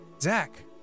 Zach